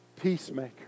peacemaker